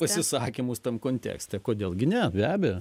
pasisakymus tam kontekste kodėl gi ne be abejo